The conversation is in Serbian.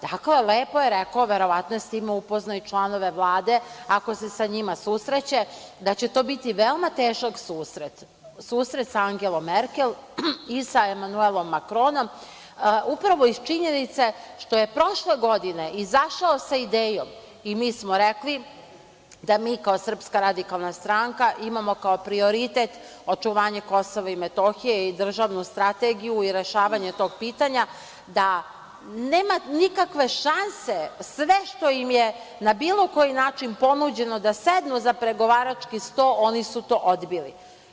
Dakle, lepo je rekao, verovatno je sa time upoznao i članove Vlade ako se sa njima susreće, da će to biti veoma težak susret, susret sa Angelom Merkel i sa Emanuelom Makronom, upravo iz činjenice što je prošle godine izašao sa idejom, i mi smo rekli da mi kao SRS imamo kao prioritet očuvanje KiM i državnu strategiju i rešavanje tog pitanja, da nema nikakve šanse sve što im je na bilo koji način ponuđeno da sednu za pregovarački sto, oni su to odbili.